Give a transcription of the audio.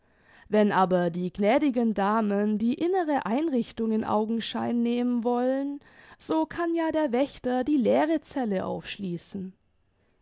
wenn aber die gnädigen damen die innere einrichtung in augenschein nehmen wollen so kann ja der wächter die leere zelle aufschließen